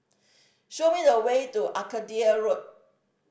show me the way to Arcadia Road